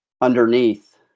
underneath